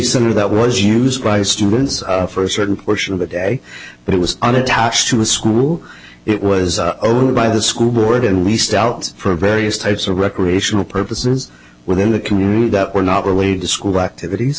center that was used by students for a certain portion of the day but it was unattached to a school it was over by the school board and we stay out for various types of recreational purposes within the community that were not related to school activities